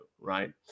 right